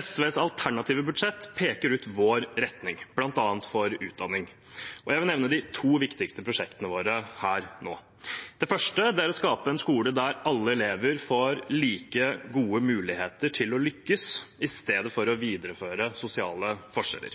SVs alternative budsjett peker ut vår retning, bl.a. for utdanning. Jeg vil nevne de to viktigste prosjektene våre. Det første er å skape en skole der alle elever får like gode muligheter til å lykkes, i stedet for å videreføre sosiale forskjeller.